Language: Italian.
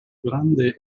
grande